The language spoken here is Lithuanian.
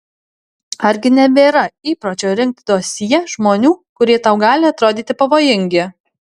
argi nebėra įpročio rinkti dosjė žmonių kurie tau gali atrodyti pavojingi